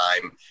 time